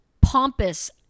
pompous